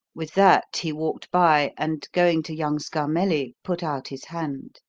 with that he walked by, and, going to young scarmelli, put out his hand.